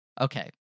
Okay